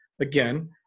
again